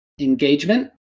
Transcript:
engagement